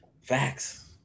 Facts